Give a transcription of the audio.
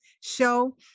show